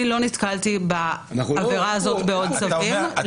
פשוט אני לא נתקלתי בעבירה הזאת בצווים אחרים,